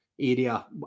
area